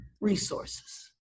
resources